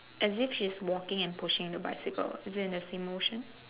as if she's walking and pushing the bicycle is it in the same motion